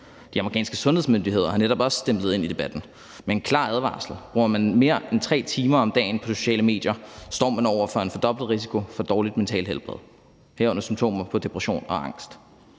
De amerikanske sundhedsmyndigheder har netop også stemplet ind i debatten med en klar advarsel. Bruger man mere end 3 timer om dagen på sociale medier, står man over for en fordoblet risiko for dårligt mentalt helbred, herunder symptomer på depression og angst.